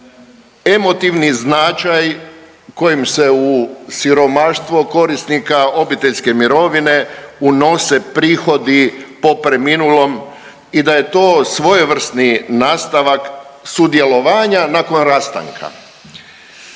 emotivni značaj kojim se u siromaštvo korisnika obiteljske mirovine unose prihodi po preminulom i da je to svojevrsni nastavak sudjelovanja nakon rastanka.